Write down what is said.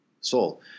soul